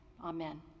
amen